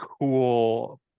cool